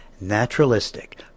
naturalistic